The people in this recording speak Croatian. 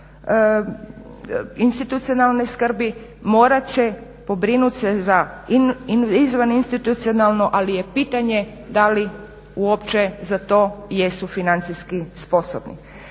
institucionalne skrbi morat će pobrinut se za izvaninstitucionalno, ali je pitanje da li uopće za to jesu financijski sposobni.